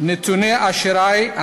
נתוני אשראי,